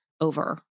over